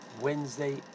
Wednesday